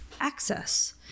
access